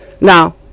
Now